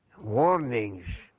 warnings